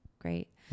great